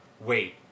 wait